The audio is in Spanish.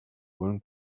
fueron